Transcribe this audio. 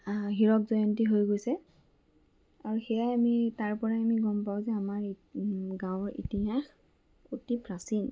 হীৰক জয়ন্তী হৈ গৈছে আৰু সেয়াই আমি তাৰ পৰাই আমি গম পাওঁ যে আমাৰ গাঁৱৰ ইতিহাস অতি প্ৰাচীন